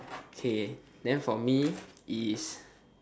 okay then for me is